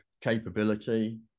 capability